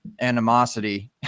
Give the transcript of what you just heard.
animosity